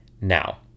Now